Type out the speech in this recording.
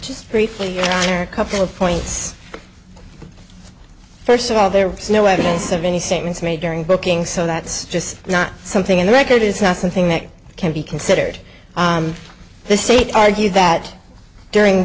just briefly here a couple of points first of all there is no evidence of any statements made during booking so that's just not something in the record is not something that can be considered the state argued that during